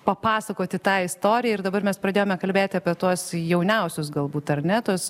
papasakoti tą istoriją ir dabar mes pradėjome kalbėti apie tuos jauniausius galbūt ar ne tos